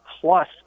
plus